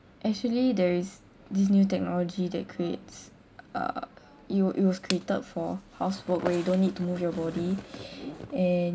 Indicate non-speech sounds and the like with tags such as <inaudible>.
actually there is this new technology that creates uh it w~ it was created for housework where you don't need to move your body <breath> and